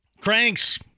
Cranks